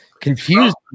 confused